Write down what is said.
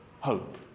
hope